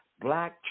black